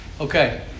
Okay